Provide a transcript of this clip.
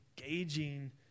engaging